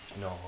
No